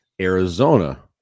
Arizona